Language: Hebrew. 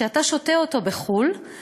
כשאתה שותה אותו בחוץ-לארץ,